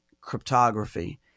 cryptography